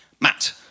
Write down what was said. Matt